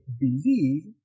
believe